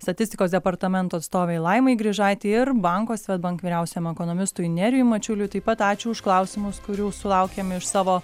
statistikos departamento atstovei laimai grižaitei ir banko swedbank vyriausiam ekonomistui nerijui mačiuliui taip pat ačiū už klausimus kurių sulaukėm iš savo